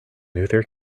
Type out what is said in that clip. luther